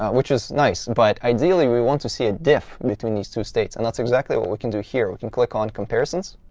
which is nice. but ideally we want to see a diff between these two states. and that's exactly what we can do here. we can click on comparisons.